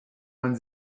man